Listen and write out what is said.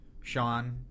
Sean